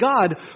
God